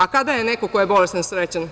A kada je neko ko je bolestan srećan?